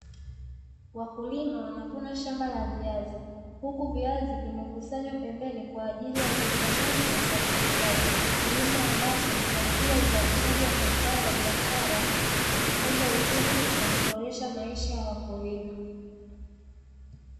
wakulima wanavuna shamba la viazi uku viazi vimekusanywa pembeni kwa ajili ukusanyaji na usafilishaji kilimo ambacho uchangia uzalishaji mazao ya biashara na kukudha uchumi na kuboresha maisha ya wakulima.